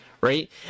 right